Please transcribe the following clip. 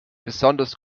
besonders